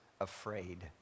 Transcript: afraid